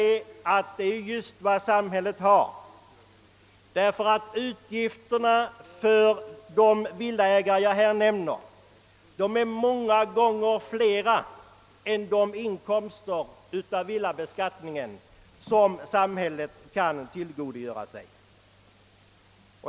Jo, det är just vad samhället har, ty samhällets uppgifter för den åsyftade gruppen villaägare är många gånger större än de inkomster samhället kan tillgodogöra sig genom villabeskattningen.